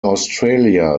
australia